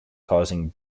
causing